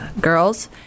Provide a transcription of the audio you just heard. girls